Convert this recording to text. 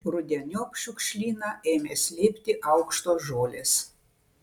rudeniop šiukšlyną ėmė slėpti aukštos žolės